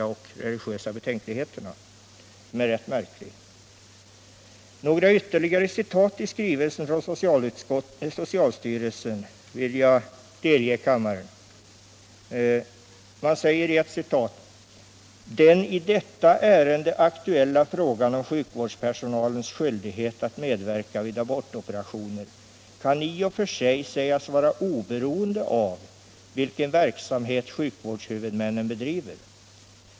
Jag vill delge kammaren några ytterligare citat ur skrivelsen från socialstyrelsen. Man säger t.ex.: ”Den i detta ärende aktuella frågan om sjukvårdspersonalens skyldighet att medverka vid abortoperationer kan i och för sig sägas vara oberoende av vilken verksamhet sjukvårdshuvudmännen bedriver.